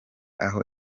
aho